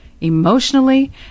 emotionally